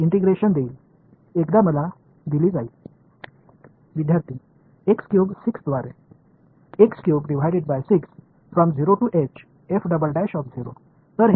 எனவே இந்த எளிய விதிகள் எங்கிருந்து வருகின்றன என்பதை இப்போது நீங்கள் காணலாம்